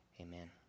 Amen